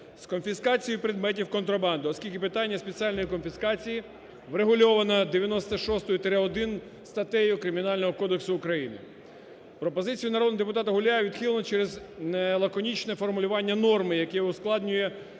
"з конфіскацією предметів контрабанди", оскільки питання спеціальної конфіскації врегульоване 96-1 статтею Кримінального кодексу України. Пропозицію народного депутата Гуляєва відхилено через лаконічне формулювання норми, яке ускладнює